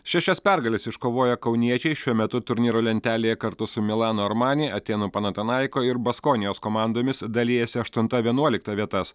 šešias pergales iškovoję kauniečiai šiuo metu turnyro lentelėje kartu su milano armani atėnų panatinaiko ir baskonijos komandomis dalijasi aštunta vienuolikta vietas